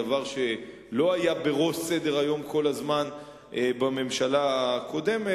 דבר שלא היה בראש סדר-היום כל הזמן בממשלה הקודמת,